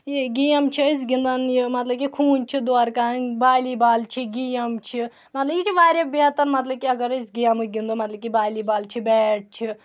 یہِ گیم چھِ أسۍ گِنٛدَان یہِ مطلب کہِ خوٗن چھِ دورٕ کان بالی بال چھِ گیم چھِ مطلب یہِ چھِ واریاہ بہتر مطلب کہِ اگر أسۍ گیمہٕ گِنٛدو مطلب کہِ بالی بال چھِ بیٹ چھِ